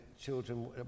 children